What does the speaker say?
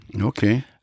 Okay